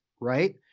right